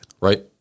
Right